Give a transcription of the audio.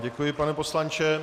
Děkuji vám, pane poslanče.